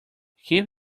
keep